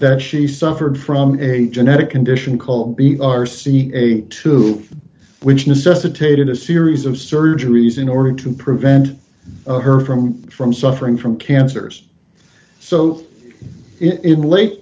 that she suffered from a genetic condition called be r c a two which necessitated a series of surgeries in order to prevent her from from suffering from cancers so in late